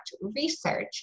research